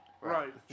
Right